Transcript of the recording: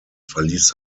verließ